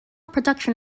production